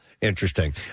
Interesting